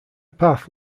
path